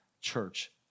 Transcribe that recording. church